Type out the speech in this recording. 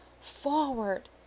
forward